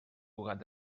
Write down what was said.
cugat